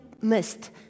missed